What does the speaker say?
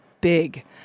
big